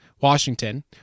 Washington